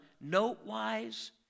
note-wise